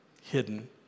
hidden